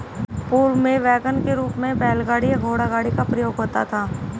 पूर्व में वैगन के रूप में बैलगाड़ी या घोड़ागाड़ी का प्रयोग होता था